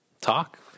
talk